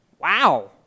Wow